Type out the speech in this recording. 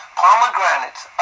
pomegranates